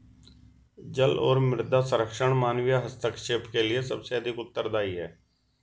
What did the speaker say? जल और मृदा संरक्षण मानवीय हस्तक्षेप के लिए सबसे अधिक उत्तरदायी हैं